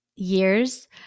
Years